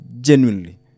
genuinely